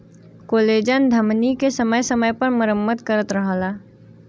collagen धमनी के समय समय पर मरम्मत करत रहला